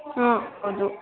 ಹಾಂ ಹೌದು